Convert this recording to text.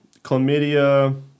chlamydia